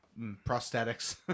prosthetics